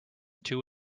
two